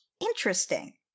Interesting